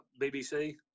BBC